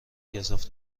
گزاف